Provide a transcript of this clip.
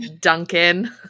duncan